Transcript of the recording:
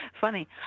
Funny